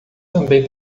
também